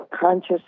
conscious